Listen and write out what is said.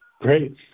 Great